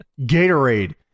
gatorade